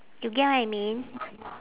you get what I mean